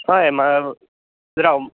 हय म राव